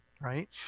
right